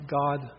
God